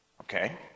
okay